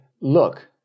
look